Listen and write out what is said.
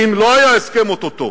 ואם לא היה הסכם או-טו-טו,